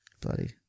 Bloody